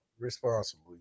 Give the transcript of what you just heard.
responsibly